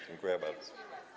Dziękuję bardzo.